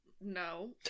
No